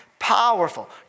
powerful